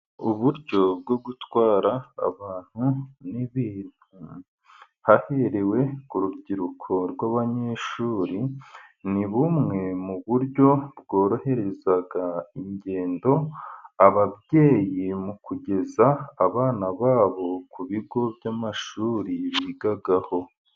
Uburyo bwo gutwara abantu n'ibintu, haherewe ku rubyiruko rw'abanyeshuri, ni bumwe mu buryo bworohereza ingendo ababyeyi, mu kugeza abana babo ku bigo by'amashuri bigaho.